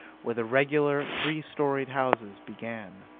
where the regular, three storied houses began.